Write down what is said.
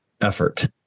effort